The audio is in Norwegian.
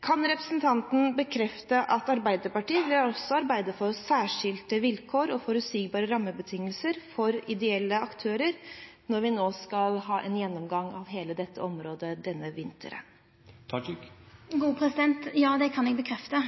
Kan representanten bekrefte at Arbeiderpartiet også vil arbeide for særskilte vilkår og forutsigbare rammebetingelser for ideelle aktører når vi nå skal ha en gjennomgang av hele dette området denne vinteren? Ja, det kan eg bekrefta.